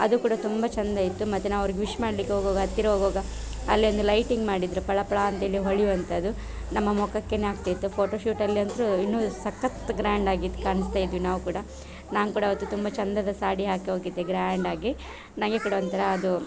ಅದು ಕೂಡ ತುಂಬ ಚಂದ ಇತ್ತು ಮತ್ತು ನಾವು ಅವ್ರಿಗೆ ವಿಶ್ ಮಾಡ್ಲಿಕ್ಕೆ ಹೋಗುವಾಗ ಹತ್ತಿರ ಹೋಗುವಾಗ ಅಲ್ಲೊಂದು ಲೈಟಿಂಗ್ ಮಾಡಿದ್ದರು ಪಳ ಪಳ ಅಂತ್ಹೇಳಿ ಹೊಳೆಯುವಂಥದು ನಮ್ಮ ಮುಖಕ್ಕೆ ಹಾಕ್ತಾ ಇತ್ತು ಫೋಟೋಶೂಟಲ್ಲಿ ಅಂತೂ ಇನ್ನೂ ಸಕ್ಕತ್ ಗ್ರ್ಯಾಂಡಾಗಿ ಇದು ಕಾಣಿಸ್ತಾ ಇದ್ವಿ ನಾವು ಕೂಡ ನಾನು ಕೂಡ ತುಂಬ ಚಂದದ ಸಾಡಿ ಹಾಕಿ ಹೋಗಿದ್ದೆ ಗ್ರ್ಯಾಂಡಾಗಿ ನನಗೆ ಕೂಡ ಒಂಥರಾ ಅದು